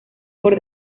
por